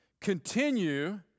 continue